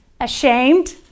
Ashamed